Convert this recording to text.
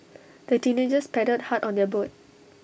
the teenagers paddled hard on their boat